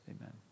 Amen